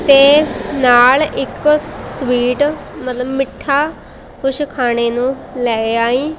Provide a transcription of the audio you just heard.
ਅਤੇ ਨਾਲ ਇਕ ਸਵੀਟ ਮਤਲਬ ਮਿੱਠਾ ਕੁਛ ਖਾਣ ਨੂੰ ਲੈ ਆਈ